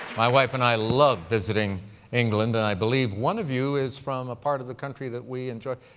my wife and i love visiting england. and i believe one of you is from a part of the country that we enjoy.